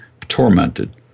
tormented